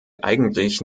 eigentlich